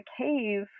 cave